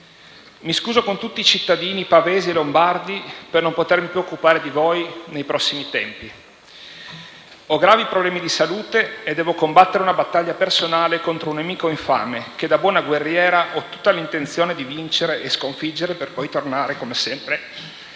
«Mi scuso con tutti i cittadini pavesi e lombardi per non potermi più occupare di voi nei prossimi tempi. Ho gravi problemi di salute e devo combattere una battaglia personale contro un nemico infame, che da buona guerriera ho tutta l'intenzione di vincere e sconfiggere, per poi tornare, come sempre, al